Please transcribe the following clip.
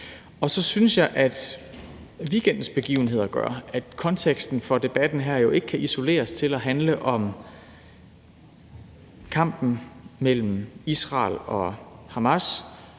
Og så synes jeg, at weekendens begivenheder gør, at konteksten for debatten her jo ikke kan isoleres til at handle om kampen mellem Israel og Hamas,